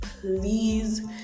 Please